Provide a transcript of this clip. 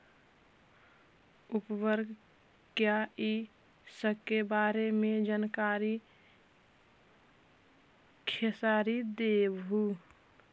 उर्वरक क्या इ सके बारे मे जानकारी खेसारी देबहू?